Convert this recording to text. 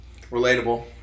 Relatable